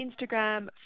Instagram